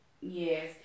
Yes